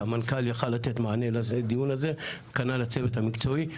המנכ"ל יכל לתת מענה לדיון הזה כנ"ל הצוות המקצועי.